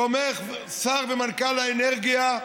תומכים שר האנרגיה ומנכ"ל משרד האנרגיה,